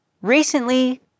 recently